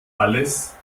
alles